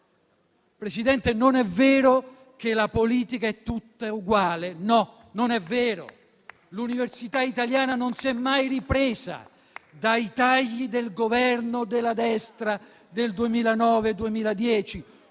Presidente, non è vero che la politica è tutta uguale. No, non è vero. L'università italiana non si è mai ripresa dai tagli del Governo della destra del 2009-2010: